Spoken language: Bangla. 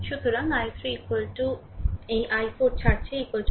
সুতরাং i3 এই i4 ছাড়ছে i4